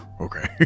Okay